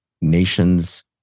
nation's